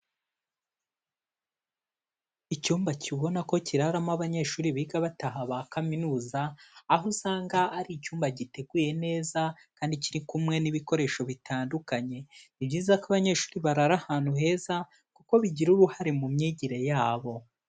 Icyumba ubona ko kiraramo abanyeshuri biga bataha ba kaminuza, aho usanga ari icyumba giteguye neza kandi kiri kumwe n'ibikoresho bitandukanye. Ni byiza ko abanyeshuri barara ahantu heza kuko bigira uruhare mu myigire yabo.